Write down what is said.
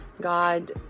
God